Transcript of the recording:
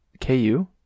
KU